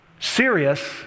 serious